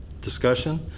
Discussion